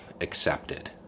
accepted